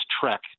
trek